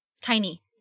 Tiny